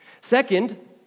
Second